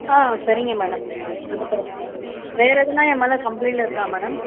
ஆ சரிங்க மேடம் இனிமேல் மேடம் வேறு ஏதனா என் மேல கம்ப்ளைண்ட் இருக்கா மேடம்